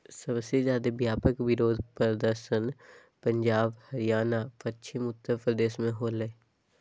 सबसे ज्यादे व्यापक विरोध प्रदर्शन पंजाब, हरियाणा और पश्चिमी उत्तर प्रदेश में होलय